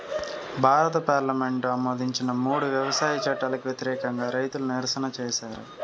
భారత పార్లమెంటు ఆమోదించిన మూడు వ్యవసాయ చట్టాలకు వ్యతిరేకంగా రైతులు నిరసన చేసారు